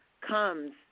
comes